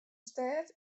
stêd